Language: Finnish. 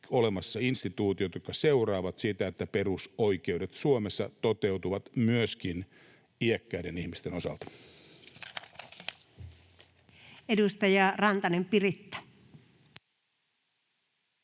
olemassa instituutiot, jotka seuraavat sitä, että perusoikeudet Suomessa toteutuvat myöskin iäkkäiden ihmisten osalta. [Speech 133] Speaker: